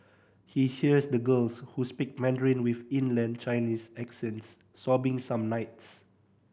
he hears the girls who speak Mandarin with inland Chinese accents sobbing some nights